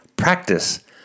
Practice